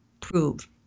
prove